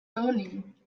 توني